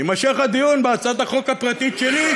יימשך הדיון בהצעת החוק הפרטית שלי,